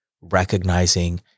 recognizing